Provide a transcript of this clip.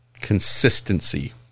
Consistency